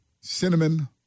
cinnamon